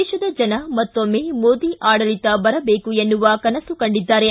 ದೇತದ ಜನ ಮತ್ತೊಮ್ನೆ ಮೋದಿ ಆಡಳಿತ ಬರಬೇಕು ಎನ್ನುವ ಕನಸು ಕಂಡಿದ್ದಾರೆ